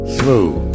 smooth